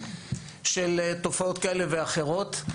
של תופעות כאלה ואחרות.